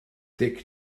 dic